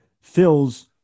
fills